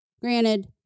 Granted